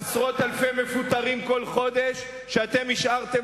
עשרות אלפי מפוטרים כל חודש שאתם השארתם